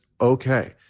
okay